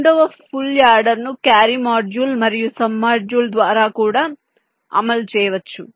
రెండవ ఫుల్ యాడర్ను carry module మరియు సమ్ మాడ్యూల్ ద్వారా కూడా అమలు చేయవచ్చు